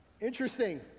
Interesting